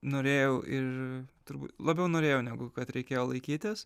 norėjau ir turbūt labiau norėjau negu kad reikėjo laikytis